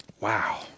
wow